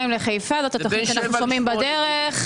לחיפה זאת התוכנית שאנחנו שומעים בדרך.